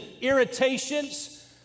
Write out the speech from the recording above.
irritations